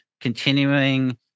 continuing